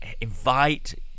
invite